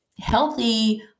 healthy